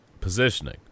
positioning